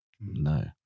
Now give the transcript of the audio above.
no